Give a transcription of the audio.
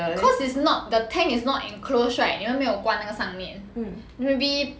cause its not the tank is not enclosed right 你们没有关那个上面 then maybe